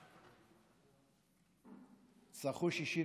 תצטרכו 61